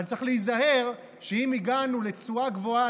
אבל צריך להיזהר שאם הגענו לתשואה גבוהה,